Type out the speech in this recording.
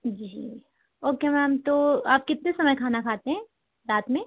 जी okay ma'am तो आप कितने समय खाना खाते हैं रात में